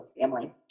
family